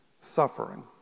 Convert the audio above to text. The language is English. suffering